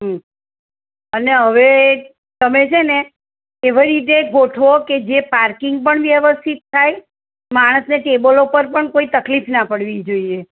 હમ અને હવે તમે છે ને એવી રીતે ગોઠવો કે જે પાર્કિંગ પણ વ્યવસ્થિત થાય માણસને ટેબલો ઉપર પણ કોઈ તકલીફ ન પડવી જોઈએ